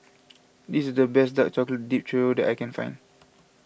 this is the best Dark Chocolate Dipped Churro that I can find